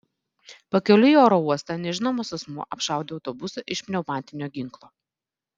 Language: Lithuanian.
pakeliui į oro uostą nežinomas asmuo apšaudė autobusą iš pneumatinio ginklo